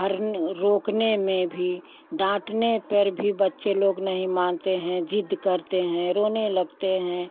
हर रोकने में भी डांटने पर भी बच्चे लोग नहीं मानते हैं जिद करते हैं रोने लगते हैं